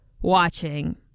watching